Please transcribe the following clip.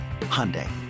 Hyundai